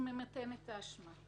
עדיין זו תהיה עבירת רצח.